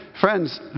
friends